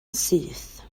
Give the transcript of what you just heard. syth